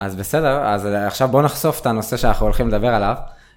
אז בסדר אז עכשיו בוא נחשוף את הנושא שאנחנו הולכים לדבר עליו.